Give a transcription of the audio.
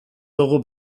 dugu